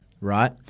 right